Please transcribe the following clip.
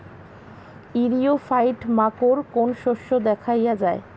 ইরিও ফাইট মাকোর কোন শস্য দেখাইয়া যায়?